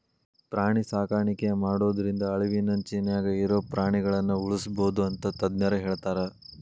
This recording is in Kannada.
ಪ್ರಾಣಿ ಸಾಕಾಣಿಕೆ ಮಾಡೋದ್ರಿಂದ ಅಳಿವಿನಂಚಿನ್ಯಾಗ ಇರೋ ಪ್ರಾಣಿಗಳನ್ನ ಉಳ್ಸ್ಬೋದು ಅಂತ ತಜ್ಞರ ಹೇಳ್ತಾರ